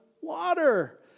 water